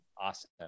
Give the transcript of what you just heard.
Awesome